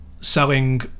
selling